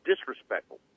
disrespectful